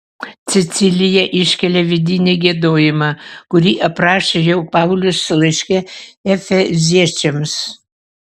cecilija iškelia vidinį giedojimą kurį aprašė jau paulius laiške efeziečiams